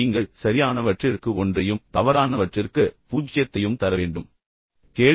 எனவே நீங்கள் சரியான பதில்களுக்கு ஒன்றையும் தவறான பதில்களுக்கு பூஜ்ஜியத்தையும் தருகிறீர்கள் என்று நம்புகிறேன்